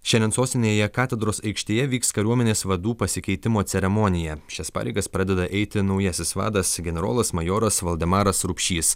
šiandien sostinėje katedros aikštėje vyks kariuomenės vadų pasikeitimo ceremonija šias pareigas pradeda eiti naujasis vadas generolas majoras valdemaras rupšys